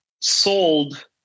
sold